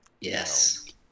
Yes